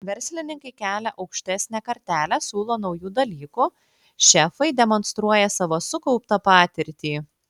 verslininkai kelia aukštesnę kartelę siūlo naujų dalykų šefai demonstruoja savo sukauptą patirtį